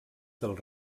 del